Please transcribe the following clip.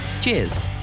Cheers